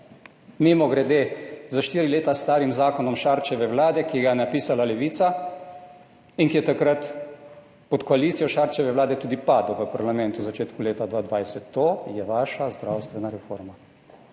Mimogrede, štiri leta stari zakon Šarčeve vlade, ki ga je napisala Levica in ki je takrat pod koalicijo Šarčeve vlade tudi padel v parlamentu v začetku leta 2020, to je vaša zdravstvena reforma.